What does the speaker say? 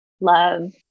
love